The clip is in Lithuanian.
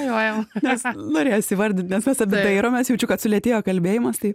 joje esą norėjos įvardint bet mes dairomės jaučiu kad sulėtėjo kalbėjimas tai